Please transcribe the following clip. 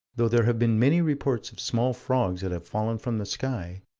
though there have been many reports of small frogs that have fallen from the sky,